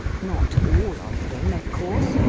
not all of them, of course,